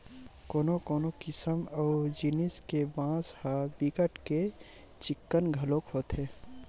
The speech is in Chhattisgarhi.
कोनो कोनो किसम अऊ जिनिस के बांस ह बिकट के चिक्कन घलोक होथे